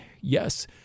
yes –